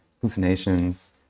hallucinations